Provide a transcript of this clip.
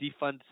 Defund